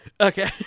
Okay